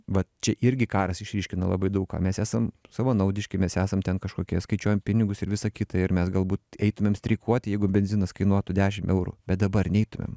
va čia irgi karas išryškino labai daug ką mes esam savanaudiški mes esam ten kažkokie skaičiuojam pinigus ir visa kita ir mes galbūt eitumėm streikuoti jeigu benzinas kainuotų dešim eurų bet dabar neitumėm